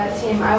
team